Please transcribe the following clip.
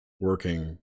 working